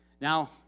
Now